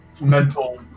mental